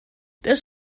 this